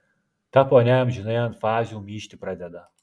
ta ponia amžinai ant fazių myžti pradeda